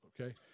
okay